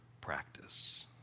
practice